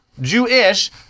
Jewish